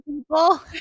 people